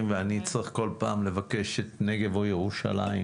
ואני אצטרך כל פעם לבקש את נגב או ירושלים,